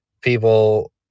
people